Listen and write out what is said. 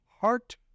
heart